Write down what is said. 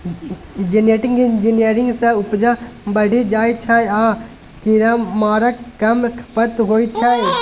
genetic engineering सँ उपजा बढ़ि जाइ छै आ कीरामारक कम खपत होइ छै